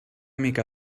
mica